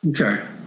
Okay